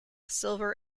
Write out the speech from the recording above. silver